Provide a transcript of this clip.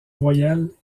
voyelles